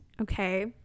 okay